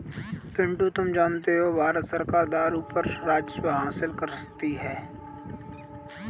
पिंटू तुम जानते हो भारत सरकार दारू पर राजस्व हासिल करती है